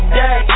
day